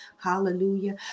Hallelujah